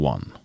One